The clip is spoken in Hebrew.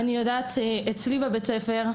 אצלי בבית הספר,